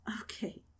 Okay